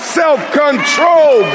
self-control